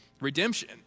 Redemption